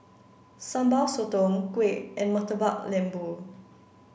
Sambal Sotong Kuih and Murtabak Lembu